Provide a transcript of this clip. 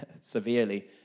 severely